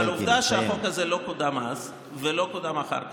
אבל עובדה שהחוק הזה לא קודם אז ולא קודם אחר כך,